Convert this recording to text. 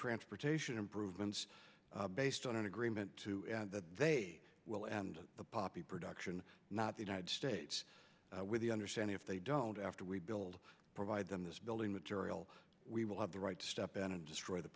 transportation improvements based on an agreement that they will end the poppy production not the united states with the understanding if they don't after we build provide them this building material we will have the right to step in and destroy the